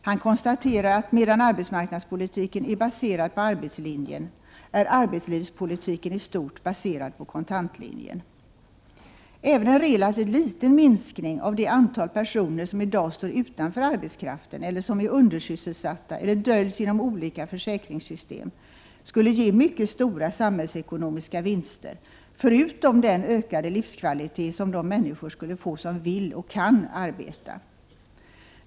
Han konstaterar att medan arbetsmarknadspolitiken är baserad på arbetslinjen, är arbetslivspolitiken i stort baserad på kontantlinjen. Även en relativt liten minskning av det antal personer som i dag står utanför arbetskraften eller som är undersysselsatta eller döljs inom olika försäkringssystem skulle ge mycket stora samhällsekonomiska vinster, förutom den ökade livskvalitet som de människor skulle få som vill och kan arbeta.